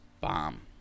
bomb